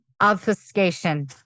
obfuscation